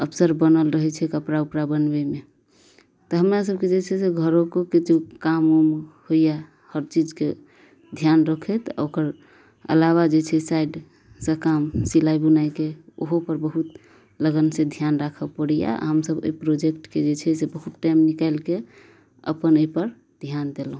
अफसर बनल रहै छै कपड़ा उपड़ा बनबैमे तऽ हमरा सबके जे छै से घरोके किछु काम ओम होइया हर चीजके ध्यान रखैत ओकर अलावा जे छै साइड सऽ काम सिलाइ बुनाइके ओहो पर बहुत लगन से ध्यान राखऽ पड़ैया हमसब एहि प्रोजेक्ट के जे छै से बहुत टाइम निकाइलके अपन एहि पर ध्यान देलहुॅं